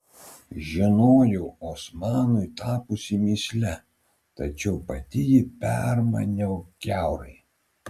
žinojau osmanui tapusi mįsle tačiau pati jį permaniau kiaurai